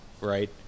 right